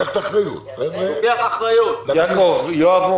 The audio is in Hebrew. להתייחס, אדוני היושב-ראש, חשבתי שזה יעבור